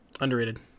underrated